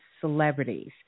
celebrities